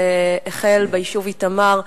שהחל ביישוב איתמר,